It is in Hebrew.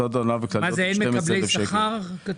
הוצאות הנהלה וכלליות 12 אלף שקל.